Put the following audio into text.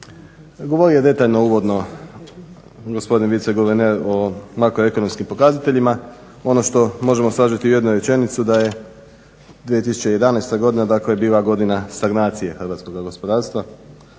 Govorio je detaljno uvodno gospodin viceguverner o makroekonomskim pokazateljima, ono što možemo sažeti u jednu rečenicu da je 2011. godina dakle bila godina stagnacije hrvatskoga gospodarstva